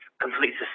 completes